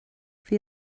bhí